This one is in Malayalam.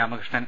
രാമകൃഷ്ണൻ